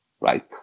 right